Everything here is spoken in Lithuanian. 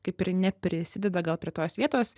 kaip ir neprisideda gal prie tos vietos